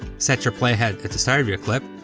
set your playhead at the start of your clip,